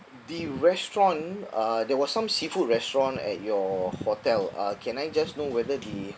the restaurant uh there was some seafood restaurant at your hotel uh can I just know whether the